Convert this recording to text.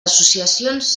associacions